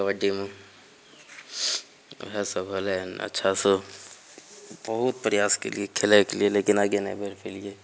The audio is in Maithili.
कबड्डीमे इएह सब होलय हँ अच्छासँ बहुत प्रयास कयलियै खेलयके लिए लेकिन आगे नहि बढ़ि पओलियै